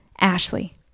Ashley